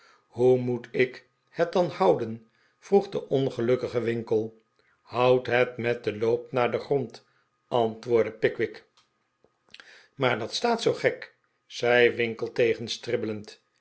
hoe moet ik het dan houden vroeg de ongelukkige winkle houd het met den loop naar den grond antwoordde pickwick maar dat staat zoo gek zei winkle